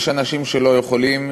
יש אנשים שלא יכולים,